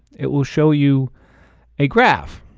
it will show you a graph,